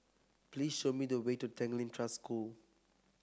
please show me the way to Tanglin Trust School